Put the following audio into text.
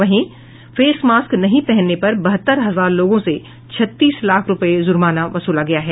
वहीं face mask नहीं पहनने पर बहत्तर हजार लोगों से छत्तीस लाख रूपये जुर्माना वसूला गया है